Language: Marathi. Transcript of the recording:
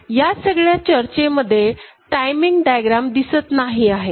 या सगळ्या चर्चेमध्ये टाइमिंग डायग्राम दिसत नाही आहे